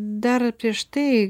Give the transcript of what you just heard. dar prieš tai